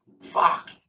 fuck